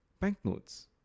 banknotes